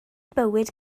bywyd